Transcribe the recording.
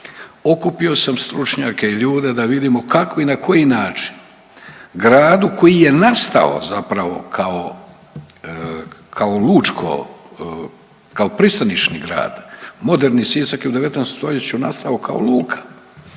Okupio sam stručnjake i ljude da vidimo kako i na koji način gradu koji je nastao zapravo kao lučko, kao pristanišni grad, moderni Sisak je u 19. st. nastao kao luka,